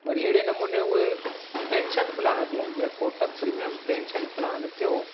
वरी अहिड़े नमूने उहे पेंशन प्लान बि आहिनि जीअं कोटक प्रीमियम पेंशन प्लान थियो